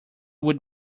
would